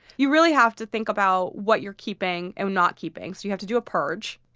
you really have to think about what you're keeping and not keeping. so you have to do a purge.